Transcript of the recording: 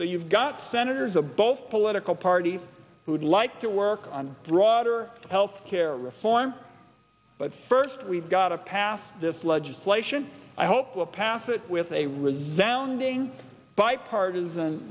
so you've got senators of both political parties who would like to on broader health care reform but first we've got a pass this legislation i hope will pass it with a with sounding bipartisan